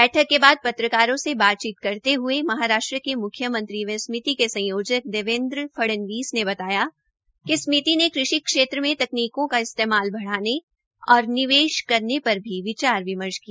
बैठक के बाद पत्रकारों से बातचीत करते हये महाराष्ट्र के मुख्यमंत्री व समिति के संयोजन देवेन्द्र फडणनीवास ने बताया कि समिति ने कृषि क्षेत्र में तकनीकों का इस्तेमाल बढ़ाने एवं निवेश करने पर भी विचार विमर्श किया